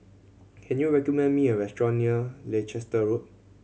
can you recommend me a restaurant near Leicester Road